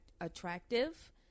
attractive